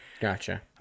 Gotcha